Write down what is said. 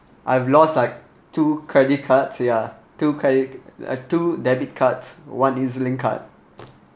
I've lost like two credit cards ya two credit uh two debit cards one E_Z_link card